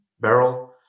barrel